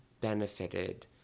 benefited